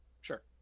Sure